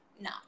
No